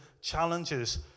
challenges